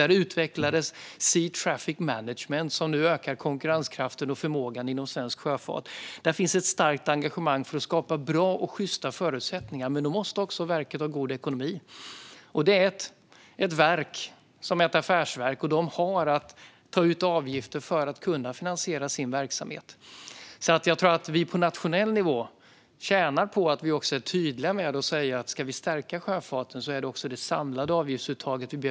Där utvecklades sea traffic management, som nu leder till att konkurrenskraften och förmågan inom svensk sjöfart ökar. Där finns ett starkt engagemang för att skapa bra och sjysta förutsättningar. Men då måste verket också ha god ekonomi. Det är ett affärsverk, och man har att ta ut avgifter för att kunna finansiera sin verksamhet. Jag tror att vi på nationell nivå tjänar på att vara tydliga med att om sjöfarten ska stärkas behöver vi titta på det samlade avgiftsuttaget.